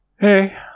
Hey